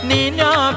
Nina